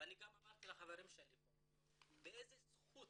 ואני גם אמרתי לחברים שלי פה, באיזו זכות